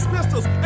Pistols